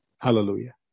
Hallelujah